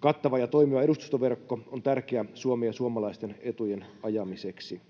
Kattava ja toimiva edustustoverkko on tärkeä Suomen ja suomalaisten etujen ajamiseksi.